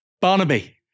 Barnaby